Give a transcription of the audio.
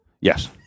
yes